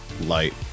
light